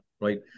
right